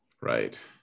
Right